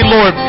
Lord